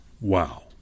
Wow